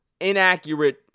inaccurate